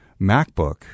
MacBook